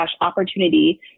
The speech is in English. opportunity